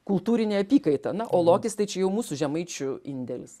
kultūrinė apykaita na o lokis tai čia jau mūsų žemaičių indėlis